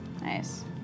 Nice